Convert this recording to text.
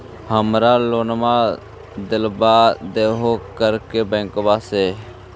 हमरा लोनवा देलवा देहो करने बैंकवा से?